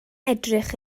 edrych